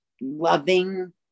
loving